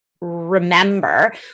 remember